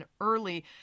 early